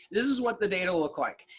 this is what the data look like,